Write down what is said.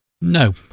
No